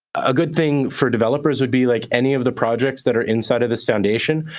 a good thing for developers would be like, any of the projects that are inside of this foundation,